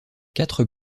quatre